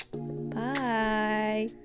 Bye